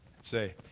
say